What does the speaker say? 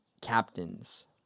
captains